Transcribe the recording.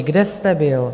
Kde jste byl?